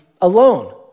alone